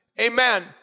amen